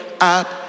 Up